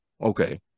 Okay